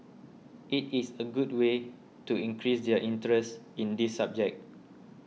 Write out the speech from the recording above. it is a good way to increase their interest in this subject